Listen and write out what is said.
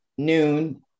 Noon